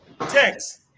text